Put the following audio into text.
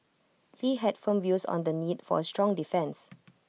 he had firm views on the need for A strong defence